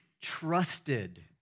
trusted